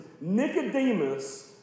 Nicodemus